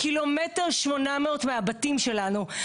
1.8 ק"מ מהבתים שלנו.